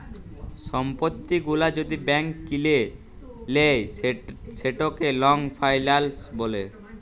সম্পত্তি গুলা যদি ব্যাংক কিলে লেই সেটকে লং ফাইলাল্স ব্যলে